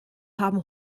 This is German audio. haben